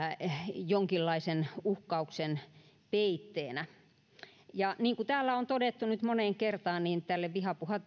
jonkinlaisen uhkauksen peitteenä niin kuin täällä on todettu nyt moneen kertaan tälle vihapuhe